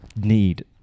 need